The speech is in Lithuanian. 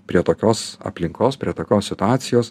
prie tokios aplinkos prie tokios situacijos